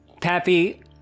Pappy